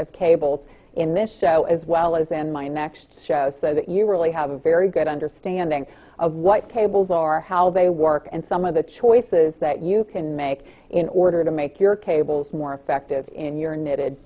of cables in this show as well as in my next show so that you really have a very good understanding of what cables are how they work and some of the choices that you can make in order to make your cables more effective in your knitted